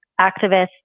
activists